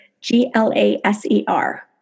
G-L-A-S-E-R